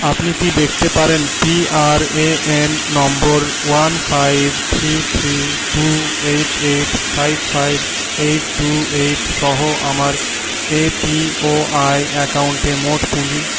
আপনি কি দেখতে পারেন P R A N number one five three three two eight eight five five eight two eight সহ আমার এ পি ওয়াই অ্যাকাউন্টে মোট পুঁজি